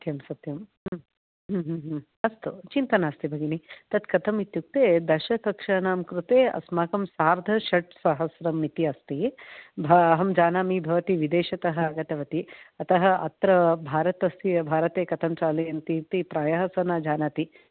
सत्यं सत्यं अस्तु चिन्ता नास्ति भगिनि तत् कथम् इत्युक्ते दशकक्षानां कृते अस्माकं सार्धषट्सहस्रम् इति अस्ति वा अहं जानामि भवती विदेशतः आगतवती अतः अत्र भारतस्य भारते कथं चालयन्ति इति प्रायः सा न जानाति